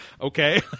okay